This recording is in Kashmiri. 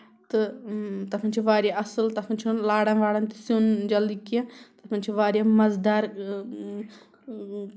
تہٕ تَتھ منٛز چھُ واریاہ اَصٕل تَتھ منٛز چھنہٕ لاران واران تہٕ سیُن جلدی کیٚنٛہہ تَتھ منٛز چھُ واریاہ مَزٕ دار